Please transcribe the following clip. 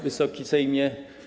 Wysoki Sejmie!